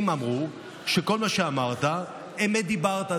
הם אמרו שבכל מה שאמרת, אמת דיברת.